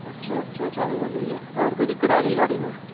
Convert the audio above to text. اچھا اچھا اچانک بند ہوئی ہے اور کوئی دقت آ رہی ہے گاڑی میں